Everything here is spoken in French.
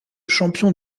champion